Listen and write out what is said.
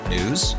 News